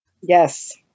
Yes